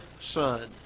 son